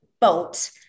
boat